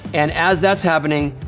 and as that's happening,